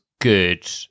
good